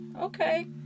Okay